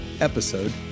episode